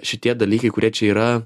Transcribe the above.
šitie dalykai kurie čia yra